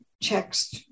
checks